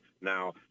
now